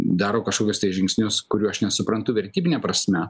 daro kažkokius tai žingsnius kurių aš nesuprantu vertybine prasme